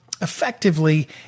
effectively